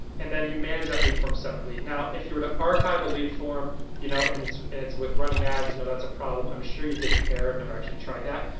and then you manage that lead form separately. now if you were to archive a lead form you know and and it's with running ads, you know that's a problem. i'm sure you'd get an error. i've never actually tried that.